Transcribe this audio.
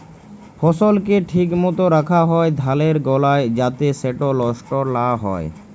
ফসলকে ঠিক মত রাখ্যা হ্যয় ধালের গলায় যাতে সেট লষ্ট লা হ্যয়